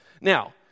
Now